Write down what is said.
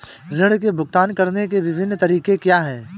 ऋृण के भुगतान करने के विभिन्न तरीके क्या हैं?